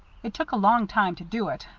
it took a long time to do it,